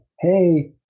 hey